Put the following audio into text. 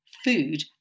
Food